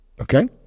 Okay